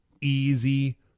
easy